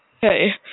Hey